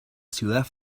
ciudad